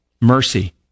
mercy